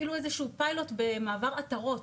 הפעילו איזה שהוא פיילוט במעבר עטרות.